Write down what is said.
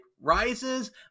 Rises